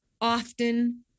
often